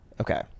Okay